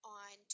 on